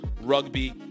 RUGBY